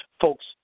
Folks